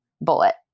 bullet